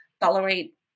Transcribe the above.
tolerate